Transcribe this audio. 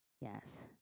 Yes